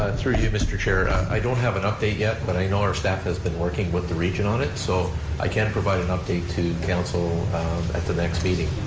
ah through you, mr. chair. i don't have an update yet, but i know our staff has been working with the region on it, so i can provide an update to council at the next meeting